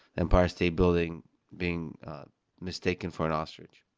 empire state building being mistaken for an ostrich.